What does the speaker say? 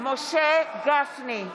משה גפני,